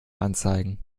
anzeigen